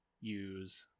use